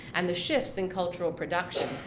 and the shifts in cultural production,